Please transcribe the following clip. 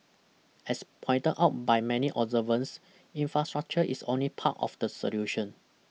as pointed out by many observers infrastructure is only part of the solution